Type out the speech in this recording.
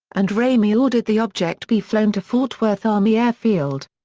and ramey ordered the object be flown to fort worth army air field.